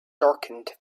darkened